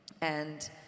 And-